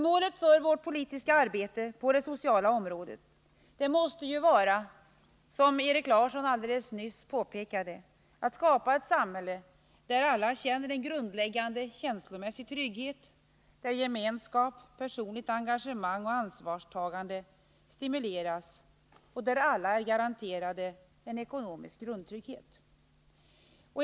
Målet för vårt politiska arbete på det sociala området måste, som Erik Larsson nyss påpekade, vara att skapa ett samhälle där alla känner en grundläggande känslomässig trygghet, där gemenskap, personligt engagemang och ansvarstagande stimuleras och där alla är garanterade en ekonomisk grundtrygghet.